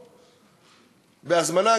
בהזמנה,